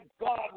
God